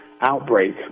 outbreak